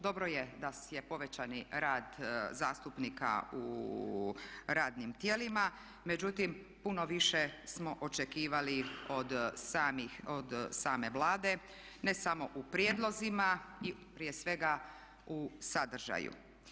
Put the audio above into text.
Dobro je da je povećani rad zastupnika u radnim tijelima međutim puno više smo očekivali od same Vlade, ne samo u prijedlozima i prije svega u sadržaju.